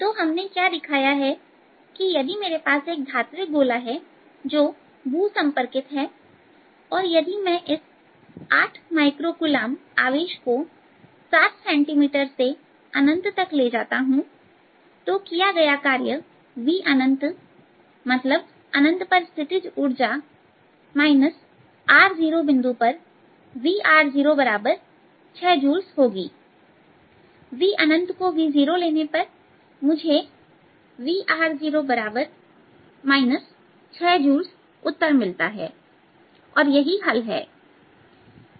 तो हमने क्या दिखाया है कि यदि मेरे पास यह धात्विक गोला है जो भू संपर्कित है और यदि मैं इस 8 माइक्रो कूलाम आवेश को 7 सेंटीमीटर से अनंत तक ले जाता हूं तो किया गया कार्य V मतलब अनंत पर स्थितिज ऊर्जा r0बिंदु पर V बराबर 6 जूल्स होगी V कोV0 लेने पर मुझे V 6 जूल्स उत्तर मिलता है और यही हल है